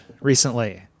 recently